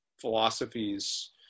philosophies